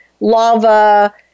lava